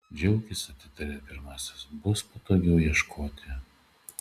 džiaukis atitarė pirmasis bus patogiau ieškoti